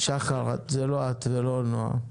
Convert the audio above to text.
שחר, זאת לא את ולא נעה.